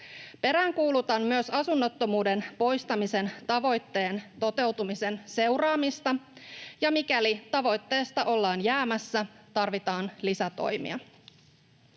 Peräänkuulutan myös asunnottomuuden poistamisen tavoitteen toteutumisen seuraamista, ja mikäli tavoitteesta ollaan jäämässä, tarvitaan lisätoimia.